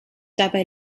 dabei